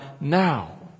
now